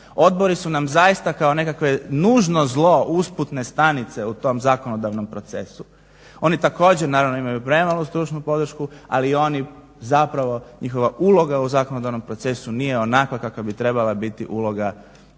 odbori su nam zaista kao nekakvo nužno zlo, usputne stanice u tom zakonodavnom procesu. Oni također naravno imaju premalu stručnu podršku, ali i oni zapravo njihova uloga u zakonodavnom procesu nije onakva kakva bi trebala biti uloga